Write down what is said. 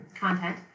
content